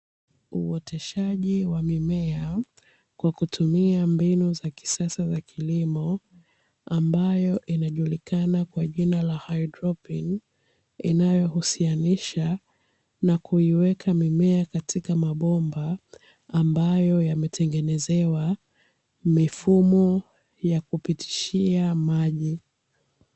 Uoteshaji wa mimea kwa kutumia mbinu za kisasa za kilimo ambayo inajulikana kwa jina la Haidroponi. Inayohusianisha na kuiweka mimea katika mabomba ambayo yametengenezewa mifumo ya kupitishia maji.